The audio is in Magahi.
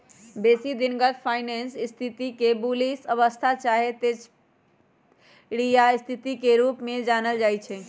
बेशी दिनगत फाइनेंस स्थिति के बुलिश अवस्था चाहे तेजड़िया स्थिति के रूप में जानल जाइ छइ